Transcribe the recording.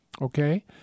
okay